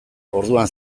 orduan